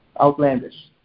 outlandish